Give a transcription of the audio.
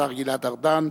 השר גלעד ארדן.